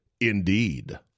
Indeed